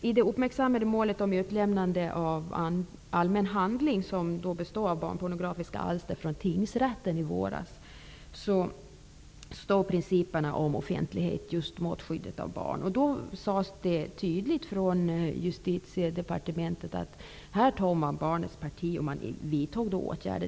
I det uppmärksammade målet i våras om utlämnande från tingsrätten av allmänna handlingar bestående av barnpornografiska alster stod offentlighetsprincipen mot skyddet av barnet, och det sades då tydligt från Justitiedepartementet att man tog barnets parti, och man vidtog åtgärder.